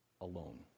alone